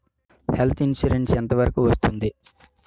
Health insurance ఎంత వరకు వస్తుంది?